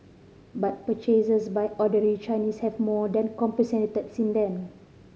but purchases by ordinary Chinese have more than compensated since then